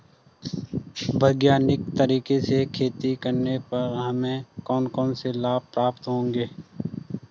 वैज्ञानिक तरीके से खेती करने पर हमें कौन कौन से लाभ प्राप्त होंगे?